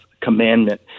Commandment